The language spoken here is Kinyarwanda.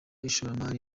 ishoramari